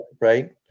right